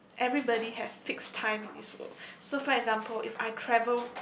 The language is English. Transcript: everybody has fix time in this world so for example if I travel